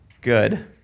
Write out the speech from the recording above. good